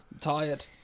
tired